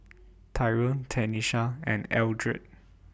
Tyrone Tenisha and Eldred